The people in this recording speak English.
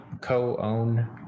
co-own